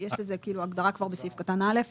יש לזה הגדרה כבר בסעיף קטן (א).